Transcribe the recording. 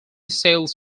sales